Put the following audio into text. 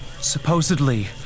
Supposedly